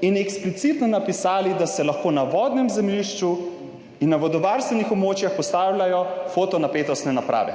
in eksplicitno napisali, da se lahko na vodnem zemljišču in na vodovarstvenih območjih postavljajo fotonapetostne naprave,